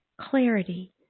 Clarity